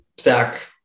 Zach